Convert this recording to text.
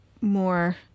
more